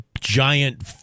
giant